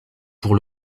pour